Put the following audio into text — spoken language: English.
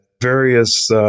various